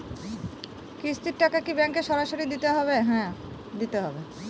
কিস্তির টাকা কি ব্যাঙ্কে সরাসরি দিতে হবে?